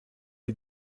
les